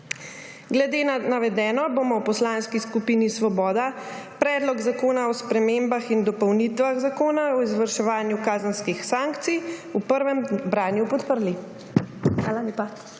Glede na navedeno bomo v Poslanski skupini Svoboda Predlog zakona o spremembah in dopolnitvah Zakona o izvrševanju kazenskih sankcij v prvem branju podprli.